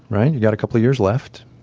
right? you got a couple of years left.